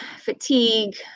fatigue